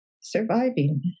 surviving